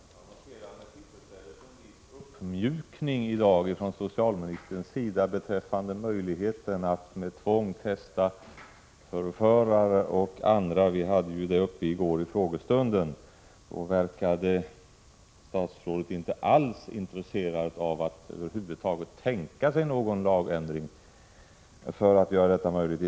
Herr talman! Jag noterar med tillfredsställelse en viss uppmjukning i dag från socialministerns sida när det gäller möjligheten att med tvång testa förförare. Den saken debatterade vi i gårdagens frågestund. Då verkade statsrådet inte alls intresserad av att över huvud taget tänka sig någon lagändring för att göra tvångstester möjliga.